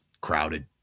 crowded